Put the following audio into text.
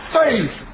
faith